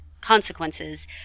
consequences